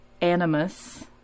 animus